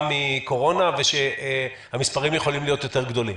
מקורונה ושהמספרים יכולים להיות יותר גדולים.